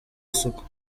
isuku